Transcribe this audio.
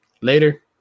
Later